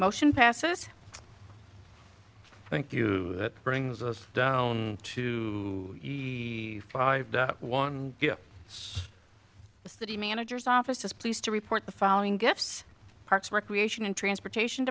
motion passes thank you that brings us to the five one the city managers office is pleased to report the following gifts parks recreation and transportation